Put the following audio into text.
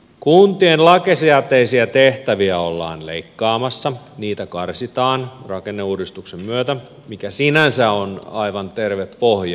kuntien lakisääteisiä tehtäviä ollaan leikkaamassa niitä karsitaan rakenneuudistuksen myötä mikä sinänsä on aivan terve pohja